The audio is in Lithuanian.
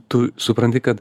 tu supranti kad